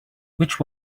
which